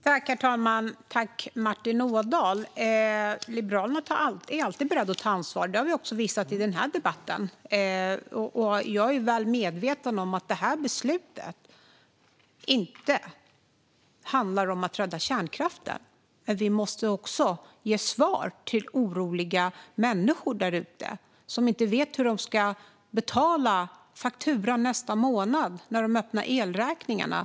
Herr talman! Tack, Martin Ådahl! Liberalerna är alltid beredda att ta ansvar. Det har vi också visat i den här debatten. Jag är väl medveten om att det här beslutet inte handlar om att rädda kärnkraften. Men vi måste också ge svar till oroliga människor därute som inte vet hur de ska betala fakturan nästa månad när de öppnar elräkningarna.